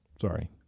Sorry